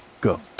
go